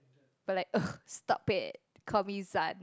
but like ugh stop it call me Zan